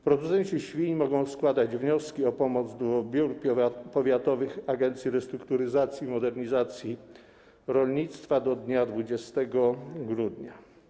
Producenci świń mogą składać wnioski o pomoc do biur powiatowych Agencji Restrukturyzacji i Modernizacji Rolnictwa do dnia 20 grudnia.